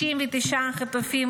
99 החטופים,